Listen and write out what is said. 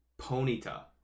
Ponyta